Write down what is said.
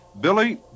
Billy